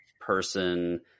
person